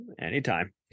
anytime